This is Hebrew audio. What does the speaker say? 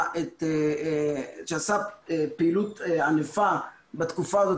שעשה פעילות ענפה בתקופה הזאת,